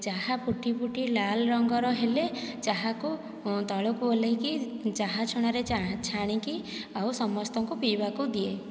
ଚାହା ଫୁଟି ଫୁଟି ଲାଲ ରଙ୍ଗର ହେଲେ ଚାହାକୁ ତଳକୁ ଓଲ୍ହେଇକି ଚାହା ଛଣାରେ ଚାହା ଛାଣିକି ଆଉ ସମସ୍ତଙ୍କୁ ପିଇବାକୁ ଦିଏ